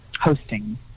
hosting